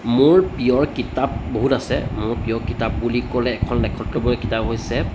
মোৰ প্ৰিয় কিতাপ বহুত আছে মোৰ প্ৰিয় কিতাপ বুলি ক'লে এখন লেখত ল'বলগীয়া কিতাপ হৈছে